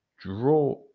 draw